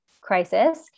crisis